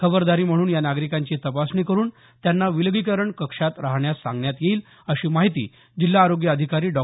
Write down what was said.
खबरदारी म्हणून या नागरिकांची तपासणी करून त्यांना विलगीकरण कक्षात राहण्यास सांगण्यात येईल अशी माहिती जिल्हा आरोग्य अधिकारी डॉ